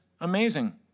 amazing